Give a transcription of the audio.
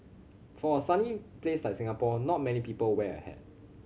for a sunny place like Singapore not many people wear a hat